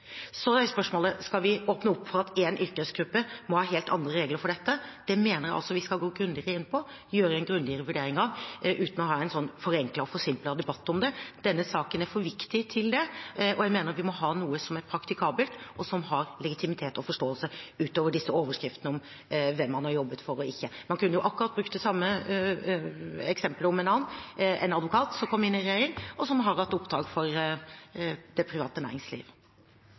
Så er spørsmålet: Skal vi åpne opp for at en yrkesgruppe må ha helt andre regler for dette? Det mener jeg vi skal gå grundigere inn på og gjøre en grundigere vurdering av, uten å ha en forenklet og forsimplet debatt om det. Denne saken er for viktig til det, og jeg mener vi må ha noe som er praktikabelt, og som har legitimitet og forståelse, utover disse overskriftene om hvem man har jobbet for og ikke. Man kunne brukt akkurat det samme eksemplet om en annen, en advokat som kom inn i regjering, og som har hatt oppdrag for det private næringsliv.